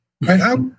right